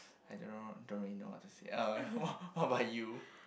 I don't know I don't really know what to say uh wha~ what about you